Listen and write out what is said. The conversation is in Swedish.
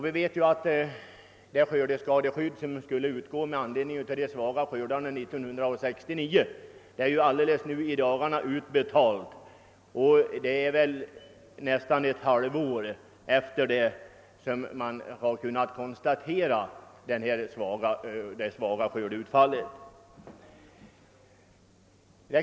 Vi vet ju att det skördeskadeskydd som skulle utgå med anledning av de svaga skördarna 1969 just i dagarna har utbetalts, alltså nästan ett halvår efter skördeskadeutfallet.